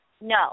No